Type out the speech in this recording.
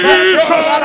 Jesus